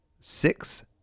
six